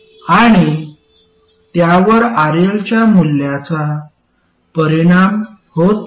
आणि त्यावर RL च्या मूल्याचा परिणाम होत नाही